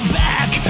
back